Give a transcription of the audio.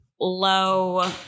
low